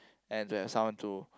and they are sound to